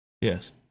Yes